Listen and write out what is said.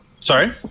Sorry